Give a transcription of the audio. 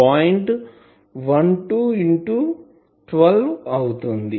12 into 12 అవుతుంది